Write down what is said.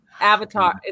Avatar